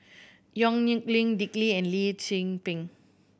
Yong Nyuk Lin Dick Lee and Lee Tzu Pheng